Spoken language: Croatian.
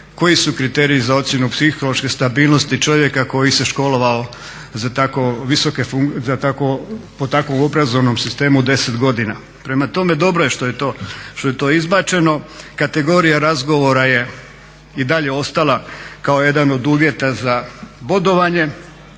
Koji su kriteriji za ocjenu psihološke stabilnosti čovjeka koji se školovao po takvom obrazovnom sistemu 10 godina? Prema tome, dobro je što je to izbačeno. Kategorija razgovora je i dalje ostala kao jedan od uvjeta za bodovanje.